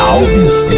Alves